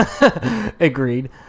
Agreed